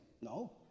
no